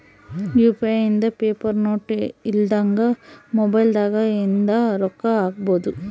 UPI ಇಂದ paper note ಇಲ್ದಂಗ mobile ದಾಗ ಇಂದ ರೊಕ್ಕ ಹಕ್ಬೊದು